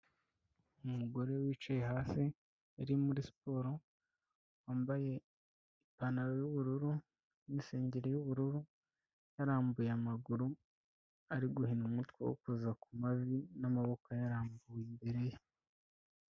Umugore wicaye hasi uri muri siporo wambaye ipantaro y'ubururu n'isengeri y'bururu, yarambuye amaguru ari guhina umutwe awukoza ku mavi n'amaboko ayarambuye imbere ye.